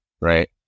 Right